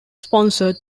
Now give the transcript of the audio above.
sponsored